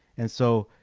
and so